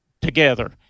together